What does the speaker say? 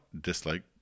dislike